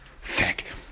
fact